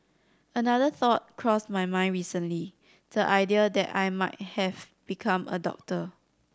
another thought crossed my mind recently the idea that I might have become a doctor